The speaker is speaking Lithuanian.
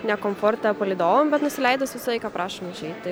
ne komfortą palydovam bet nusileidus visą laiką prašom užeit tai